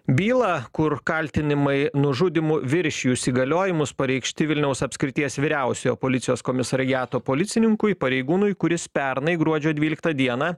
bylą kur kaltinimai nužudymu viršijus įgaliojimus pareikšti vilniaus apskrities vyriausiojo policijos komisariato policininkui pareigūnui kuris pernai gruodžio dvyliktą dieną